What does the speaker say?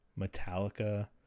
Metallica